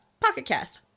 PocketCast